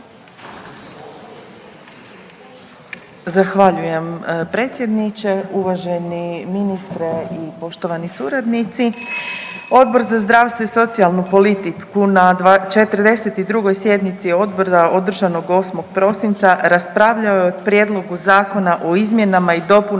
Zahvaljujem predsjedniče, uvaženi ministre i poštovani suradnici. Odbor za zdravstvo i socijalnu politiku na 42. sjednici odbora održanog 8. prosinca raspravljao je o Prijedlogu zakona o izmjenama i dopunama